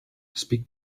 speak